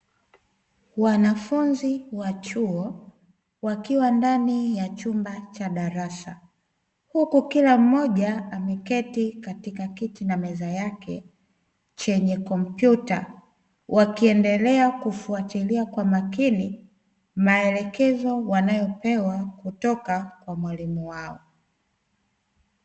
Wanafunzi wa chuo, wakiwa ndani ya chumba cha darasa, huku kila mmoja ameketi katika kiti na meza yake chenye kompyuta, wakiendelea kufuatilia kwa makini maelekezo wanayopewa kutoka kwa mwalimu wao.